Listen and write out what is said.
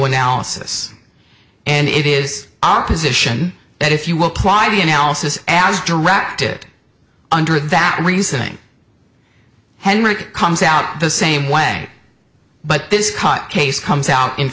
analysis and it is our position that if you will apply the analysis as directed under that reasoning henrik comes out the same way but this cut case comes out in